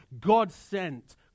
God-sent